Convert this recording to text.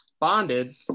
bonded